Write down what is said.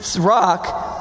rock